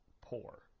poor